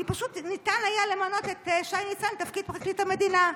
כי פשוט ניתן היה למנות את שי ניצן לתפקיד פרקליט המדינה.